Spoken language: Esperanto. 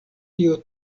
tio